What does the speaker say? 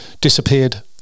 disappeared